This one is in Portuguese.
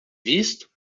visto